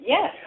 Yes